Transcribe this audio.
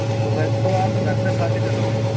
सुबह तो आप घर से खा कर चलोगे